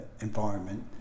environment